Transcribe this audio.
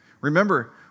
Remember